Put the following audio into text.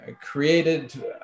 created